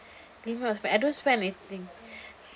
limit your spend I don't spend on anything